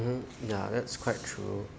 um ya that's quite true